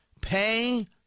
pay